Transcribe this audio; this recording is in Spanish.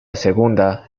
segunda